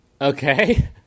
Okay